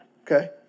Okay